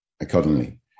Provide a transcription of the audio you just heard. accordingly